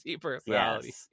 personality